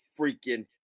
freaking